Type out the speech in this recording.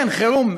כן, חירום.